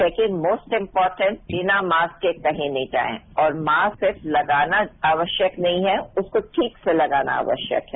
second most important बिना mask के कहीं नहीं जाएं और मास्क सिर्फ लगाना आवश्यक नहीं है उसको ठीक से लगाना आवश्यक है